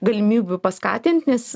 galimybių paskatint nes